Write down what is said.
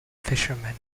fishermen